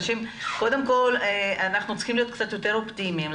קודם כל אנחנו צריכים להיות קצת יותר אופטימיים,